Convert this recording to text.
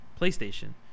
PlayStation